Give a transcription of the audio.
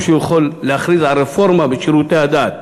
שהוא יכול להכריז על רפורמה בשירותי הדת,